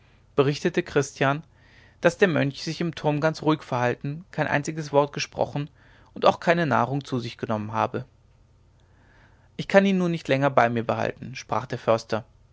berichtete christian daß der mönch sich im turm ganz ruhig verhalten kein einziges wort gesprochen und auch keine nahrung zu sich genommen habe ich kann ihn nun nicht länger bei mir behalten sprach der förster